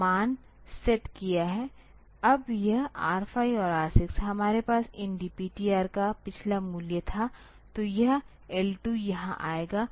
अब यह R5 और R6 हमारे पास इस DPTR का पिछला मूल्य था तो यह L2 यहां आएगा